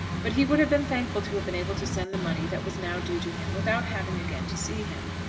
but he would have been thankful to have been able to send the money that was now due to him without having again to see him.